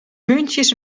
muntjes